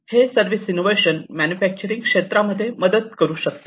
हे service innovation manufacturing क्षेत्रामध्ये मदत करू शकते